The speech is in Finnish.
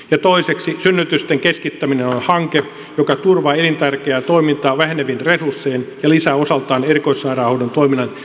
ja toiseksi synnytysten keskittäminen on hanke joka turvaa elintärkeää toimintaa vähenevin resurssein ja lisää osaltaan erikoissairaanhoidon toiminnan tehokkuutta